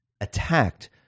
attacked